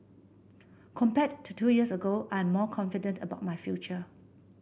compared to two years ago I am more confident about my future